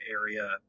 area